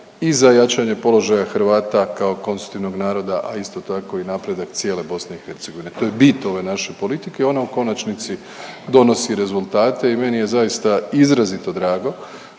i za jačanje položaja Hrvata kao konstitutivnog naroda, a isto tako i napredak cijele BiH. To je bit ove naše politike i ona u konačnici donosi rezultate i meni je zaista izrazito drago